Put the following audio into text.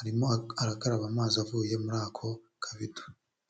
arimo arakaraba amazi avuye muri ako kabido.